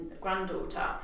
granddaughter